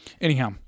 Anyhow